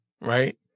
Right